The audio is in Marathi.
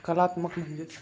कलात्मक म्हणजेच